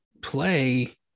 play